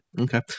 Okay